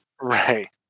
Right